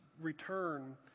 return